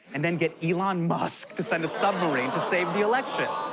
and then get elon musk to send a submarine to save the election.